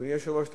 אדוני היושב-ראש,